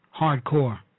hardcore